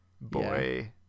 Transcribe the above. boy